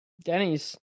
Denny's